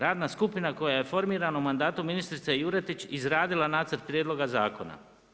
Radna skupina koja je formirana u mandatu ministric3e Juretić izradila nacrt prijedloga zakona.